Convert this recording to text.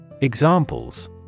Examples